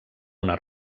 una